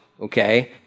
okay